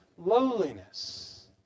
Lowliness